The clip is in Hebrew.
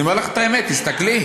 אני אומר לךְ את האמת, תסתכלי,